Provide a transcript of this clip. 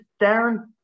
Darren